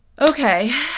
Okay